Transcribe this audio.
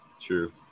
true